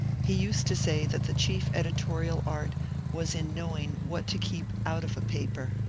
he used to say that the chief editorial art was in knowing what to keep out of a paper.